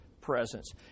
presence